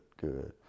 Good